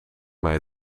mij